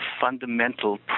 fundamental